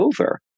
over